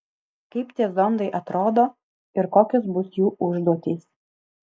kaip tie zondai atrodo ir kokios bus jų užduotys